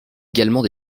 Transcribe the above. également